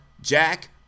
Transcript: jack